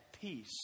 peace